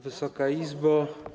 Wysoka Izbo!